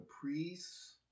priests